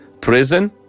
Prison